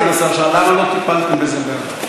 סגן השר שאל: למה לא טיפלתם בזה בעבר?